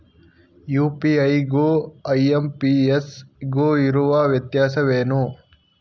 UPI ಗು IMPS ಗು ಇರುವ ವ್ಯತ್ಯಾಸವೇನು?